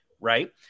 right